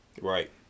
Right